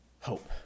Hope